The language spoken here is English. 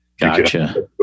Gotcha